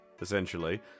essentially